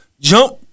jump